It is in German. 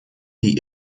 die